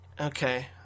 Okay